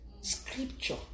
Scripture